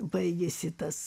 baigėsi tas